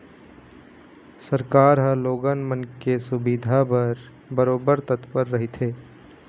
सरकार ह लोगन मन के सुबिधा बर बरोबर तत्पर रहिथे